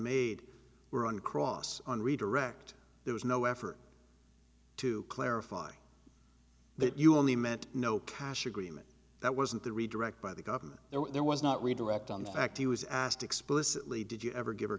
made were in cross on redirect there was no effort to clarify that you only meant no cash agreement that wasn't the redirect by the governor there was not redirect on the fact he was asked explicitly did you ever give her